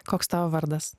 koks tavo vardas